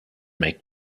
make